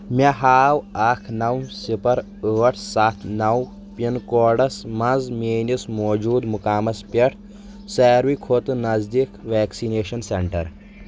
مےٚ ہاو اکھ نو صفر ٲٹھ ستھ نو پِن کوڈس مَنٛز میٲنِس موٗجوٗد مقامس پٮ۪ٹھ ساروٕے کھۄتہٕ نزدیٖک ویکسِنیشن سینٹر